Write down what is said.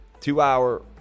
two-hour